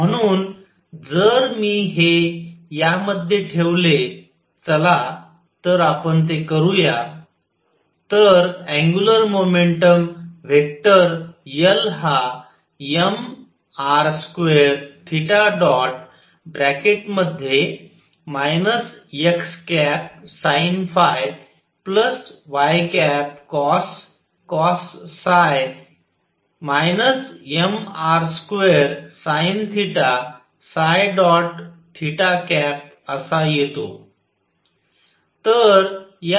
म्हणून जर मी हे यामध्ये ठेवले चला तर आपण ते करूया तर अँग्युलर मोमेंटम वेक्टर L हा mr2 xsinϕ ycos mr2sinθ असा येतो